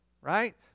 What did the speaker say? right